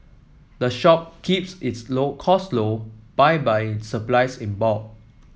the shop keeps its low cost low by buying supplies in bulk